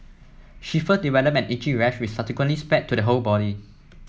she first developed an itchy rash which subsequently spread to the whole body